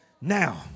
Now